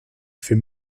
für